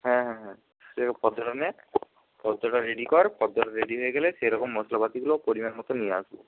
হ্যাঁ হ্যাঁ হ্যাঁ সে ফর্দটা নে ফর্দটা রেডি কর ফর্দটা রেডি হয়ে গেলে সেরকম মশলাপাতিগুলো পরিমাণ মতো নিয়ে আসব